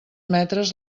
metres